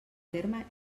terme